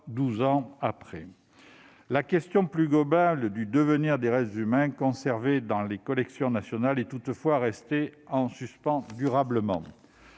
ce retour. La question plus globale du devenir des restes humains conservés dans les collections nationales est toutefois restée durablement